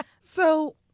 So-